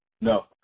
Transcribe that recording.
No